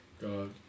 God